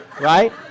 right